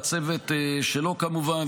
והצוות שלו כמובן,